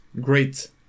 great